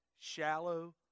shallow